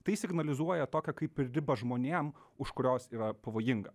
tai signalizuoja tokią kaip ir ribą žmonėm už kurios yra pavojinga